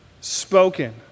spoken